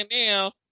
now